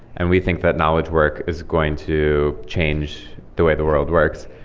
and we think that knowledge work is going to change the way the world works.